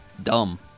Dumb